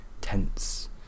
tense